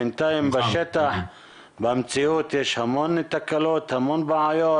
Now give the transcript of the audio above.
בינתיים בשטח, במציאות יש המון תקלות, המון בעיות